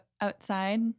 outside